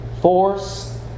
force